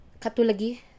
katulagi